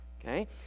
okay